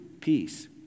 peace